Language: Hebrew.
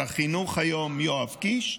ושר החינוך היום יואב קיש,